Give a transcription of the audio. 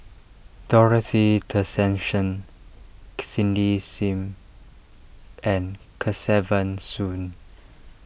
Dorothy Tessensohn Cindy Sim and Kesavan Soon